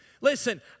Listen